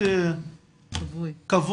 מתנצל שאתם